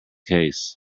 case